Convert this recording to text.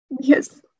Yes